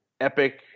epic